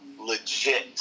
legit